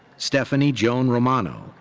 stephanie joan romano